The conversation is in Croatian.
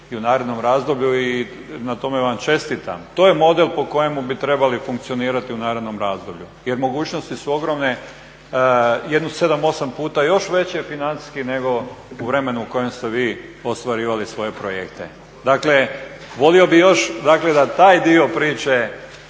i u narednom razdoblju i na tome vam čestitam. To je model po kojemu bi trebali funkcionirati u narednom razdoblju jer mogućnosti su ogromne, jedno 7, 8 puta još veće financijski nego u vremenu u kojem ste vi ostvarivali svoje projekte. Dakle, voli bi još dakle da taj dio priče